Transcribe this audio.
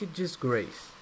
disgrace